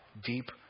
deep